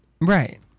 Right